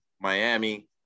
Miami